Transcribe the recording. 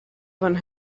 fan